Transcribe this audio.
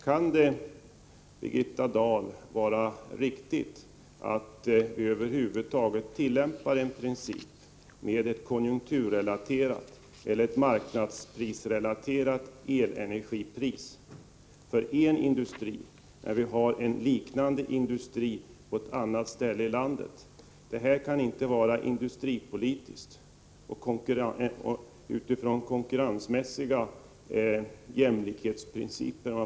Kan det, Birgitta Dahl, över huvud taget vara riktigt att tillämpa en princip som innebär att man räknar med ett konjunkturrelaterat eller marknadsprisrelaterat elenergipris för en industri, men inte för en annan, liknande industri på ett annat ställe i landet? Det kan inte vara industripolitiskt motiverat och — om jag får uttrycka det så — riktigt utifrån konkurrensmässiga jämlikhetsprinciper.